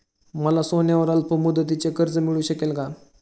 मला सोन्यावर अल्पमुदतीचे कर्ज मिळू शकेल का?